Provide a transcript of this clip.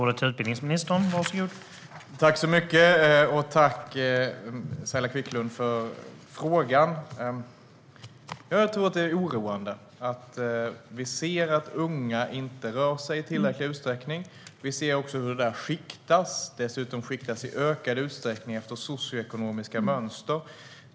Herr talman! Jag tackar Saila Quicklund för frågan. Jag tror att detta är oroande. Vi ser att unga inte rör sig i tillräcklig utsträckning. Vi ser också hur detta skiktas, och det skiktas dessutom i ökad utsträckning efter socioekonomiska mönster.